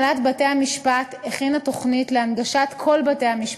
לדעת מה התנהל בדיוני אותו צוות קנדל המוכחש